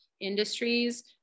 industries